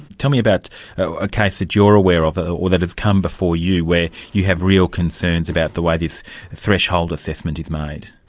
tell me about a case that you're aware of, ah or that has come before you, where you have real concerns about the way this threshold assessment is made.